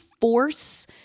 force